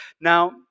Now